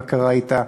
מה קרה אתה,